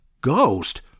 Ghost